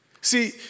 See